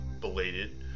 belated